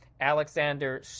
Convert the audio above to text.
Alexander